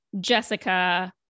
Jessica